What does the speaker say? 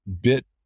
bit